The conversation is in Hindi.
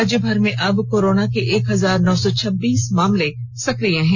राज्यभर में अब कोरोना के एक हजार नौ सौ छब्बीस मामले सक्रिय हैं